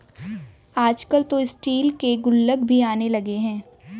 आजकल तो स्टील के गुल्लक भी आने लगे हैं